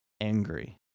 angry